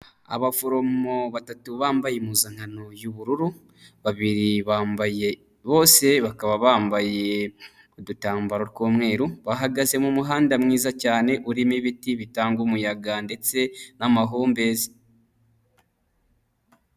Abaforomo batatu bambaye impuzankano y'ubururu, babiri bambaye, bose bakaba bambaye udutambaro tw'umweru bahagaze mu muhanda mwiza cyane urimo ibiti bitanga umuyaga ndetse n'amahumbezi.